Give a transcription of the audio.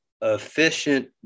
efficient